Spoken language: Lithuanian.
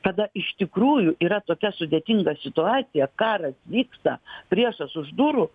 kada iš tikrųjų yra tokia sudėtinga situacija karas vyksta priešas už durų